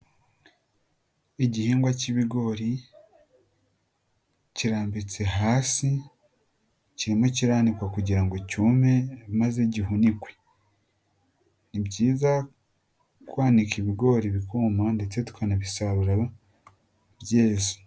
Igihingwa k'ibigori kirambitse hasi, kirimo kiranikwa kugira ngo cyume maze gihunikwe, ni byiza kwanika ibigori ibikuma ndetse tukanabisarura byeze.